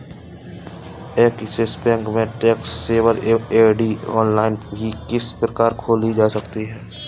Axis Bank में tax saver FD online किस प्रकार खोली जा सकती है?